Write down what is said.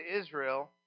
Israel